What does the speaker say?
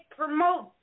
promote